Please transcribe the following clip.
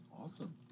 Awesome